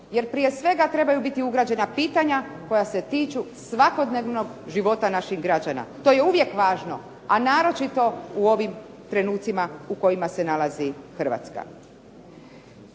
Jer prije svega trebaju biti ugrađena pitanja koja se tiču svakodnevnog života naših građana. To je uvijek važno, a naročito u ovim trenutcima u kojima se nalazi Hrvatska.